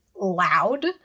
loud